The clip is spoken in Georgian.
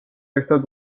ერთად